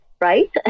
right